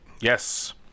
yes